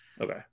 Okay